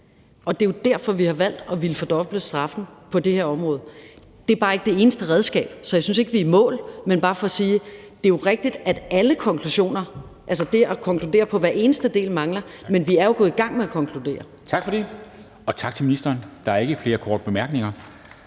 Det er jo derfor, at vi har valgt at ville fordoble straffen på det her område. Det er bare ikke det eneste redskab, så jeg synes ikke, at vi er i mål. Men det er bare for at sige, at det jo er rigtigt, at alle konklusioner – altså, det at konkludere på hver eneste del – mangler, men vi er jo gået i gang med at konkludere. Kl. 10:30 Formanden (Henrik Dam Kristensen): Tak for det, og tak til ministeren. Der er ikke flere korte bemærkninger,